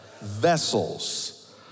Vessels